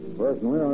Personally